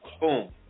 Boom